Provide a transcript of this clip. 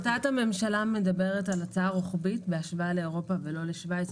החלטת הממשלה מדברת על הצעה רוחבית בהשוואה לאירופה ולא לשוויץ.